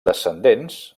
descendents